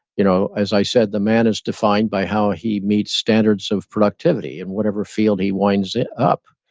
you know as i said, the man is defined by how he meets standards of productivity and whatever field he winds it up.